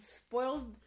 spoiled